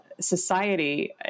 Society